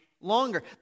longer